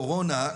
לאשר.